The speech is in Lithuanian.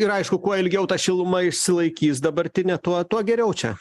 ir aišku kuo ilgiau ta šiluma išsilaikys dabartinė tuo tuo geriau čia